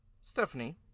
Stephanie